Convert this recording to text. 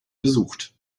besucht